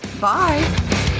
Bye